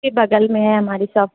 उसके बगल में है हमारी सॉप